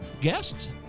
guest